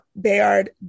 Bayard